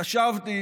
חשבתי